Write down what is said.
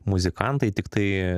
muzikantai tiktai